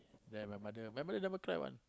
then my mother my mother never cry one